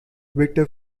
viktor